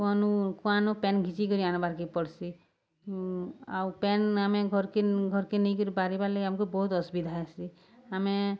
କୁଆଁନୁ କୁଆଁନୁ ପାଏନ୍ ଘିଚିକରି ଆନ୍ବାର୍କେ ପଡ଼୍ସି ଆଉ ପାଏନ୍ ଆମେ ଘର୍କେ ଘର୍କେ ନେଇକିରି ବାହାରିବାର୍ ଲାଗି ଆମ୍କୁ ବହୁତ୍ ଅସୁବିଧା ହେସି ଆମେ